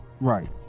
right